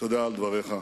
תודה על דבריך.